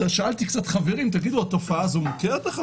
שאלתי קצת חברים: תגידו, התופעה הזאת מוכרת לכם?